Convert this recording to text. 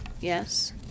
Yes